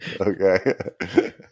Okay